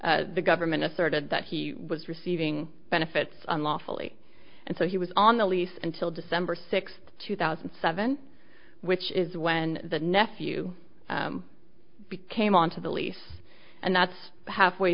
the government asserted that he was receiving benefits unlawfully and so he was on the least until december sixth two thousand and seven which is when the nephew became onto the lease and that's halfway